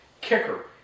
kicker